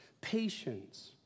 patience